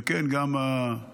וכן גם הרגשי-נפשי.